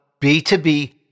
B2B